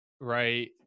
Right